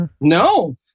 No